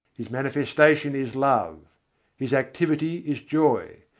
his manifestation is love his activity is joy.